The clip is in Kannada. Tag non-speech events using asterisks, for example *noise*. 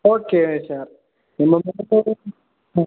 ಓಕೆ ಸರ್ ನಿಮ್ಮ *unintelligible*